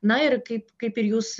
na ir kaip kaip ir jūs